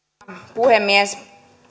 puhemies